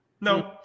No